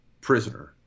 Prisoner